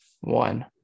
one